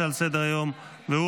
32 בעד, אין מתנגדים, אין נמנעים.